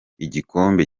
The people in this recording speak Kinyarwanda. igikombe